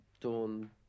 dawn